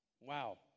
Wow